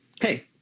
Hey